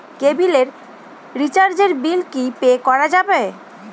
কেবিলের রিচার্জের বিল কি পে করা যাবে?